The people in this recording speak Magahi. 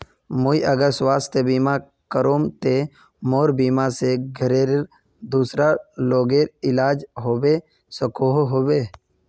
मुई अगर स्वास्थ्य बीमा करूम ते मोर बीमा से घोरेर दूसरा लोगेर इलाज होबे सकोहो होबे?